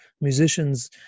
musicians